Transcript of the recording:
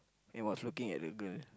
and was looking at the girl